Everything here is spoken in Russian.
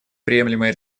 приемлемое